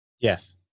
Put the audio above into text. Yes